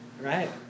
Right